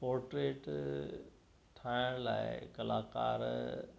portrait ठाहिण लाइ कलाकार